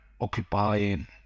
occupying